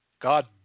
God